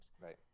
right